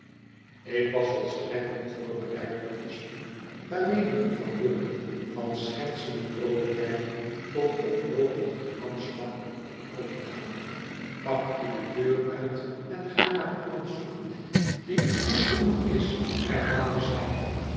ik was volstrekt niet voorbereid op den spoed waarmede jufvrouw guppy van schertsende vroo lijkheid tot oploopende gramschap kon overgaan pak u de deur uit en ga maar iemand zoeken die u goed genoeg is herhaalde zij